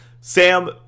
Sam